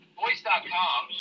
voice.com